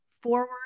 forward